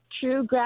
true